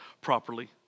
properly